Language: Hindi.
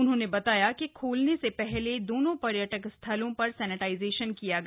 उन्होंने बताया कि खोलने से पहले दोनों पर्यटक स्थलों में समिटाइजेशन किया गया